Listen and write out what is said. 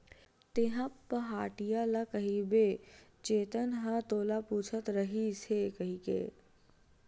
तेंहा पहाटिया ल कहिबे चेतन ह तोला पूछत रहिस हे कहिके